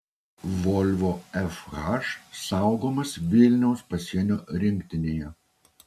volvo fh saugomas vilniaus pasienio rinktinėje